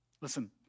Listen